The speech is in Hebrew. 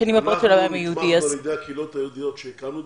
אנחנו נתמכנו על ידי הקהילות היהודיות כשהקמנו את